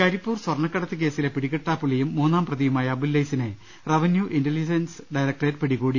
കരിപ്പൂർ സ്വർണക്കടത്ത് കേസിലെ പിടികിട്ടാപ്പുള്ളിയും മൂന്നാംപ്രതിയുമായ അബുല്ലൈസിനെ റവന്യൂ ഇന്റലിജൻസ് ഡയറക്ടറേറ്റ് പിടികൂടി